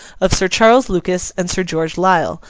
of sir charles lucas and sir george lisle,